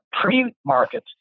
pre-market